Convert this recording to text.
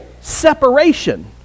separation